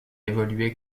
évolué